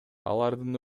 алардын